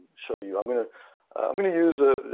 show you. i'm going ah i'm going to use a